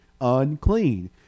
unclean